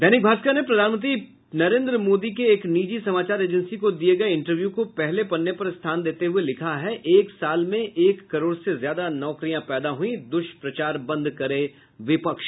दैनिक भास्कर ने प्रधानमंत्री नरेन्द्र मोदी के एक निजी समाचार एजेंसी को दिये गये इंटरव्यू को पहले पन्ने पर स्थान देते हुए लिखा है एक साल में एक करोड़ से ज्यादा नौकरियां पैदा हुई दुष्प्रचार बंद करे विपक्ष